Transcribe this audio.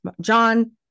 John